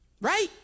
Right